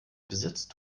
besitzt